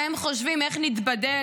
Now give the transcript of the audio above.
והם חושבים איך נתבדל,